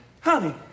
Honey